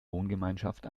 wohngemeinschaft